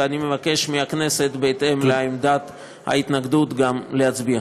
ואני מבקש מהכנסת בהתאם לעמדת ההתנגדות גם להצביע.